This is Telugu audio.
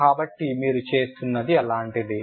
కాబట్టి మీరు చేస్తున్నది అలాంటిదే